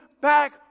back